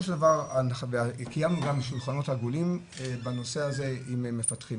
של דבר קיימנו גם שולחנות עגולים בנושא הזה עם מפתחים.